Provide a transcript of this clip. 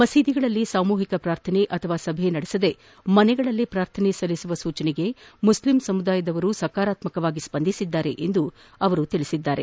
ಮಸೀದಿಗಳಲ್ಲಿ ಸಾಮೂಹಿಕ ಪ್ರಾರ್ಥನೆ ಅಥವಾ ಸಭೆ ನಡೆಸದೆ ಮನೆಗಳಲ್ಲೇ ಪ್ರಾರ್ಥನೆ ಸಲ್ಲಿಸುವ ಸೂಚನೆಗೆ ಮುಸ್ಲಿಂ ಸಮುದಾಯದವರು ಸಕಾರಾತ್ನಕವಾಗಿ ಸ್ಲಂದಿಸಿದ್ದಾರೆ ಎಂದು ಅವರು ತಿಳಿಸಿದ್ದಾರೆ